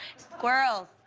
squirrels.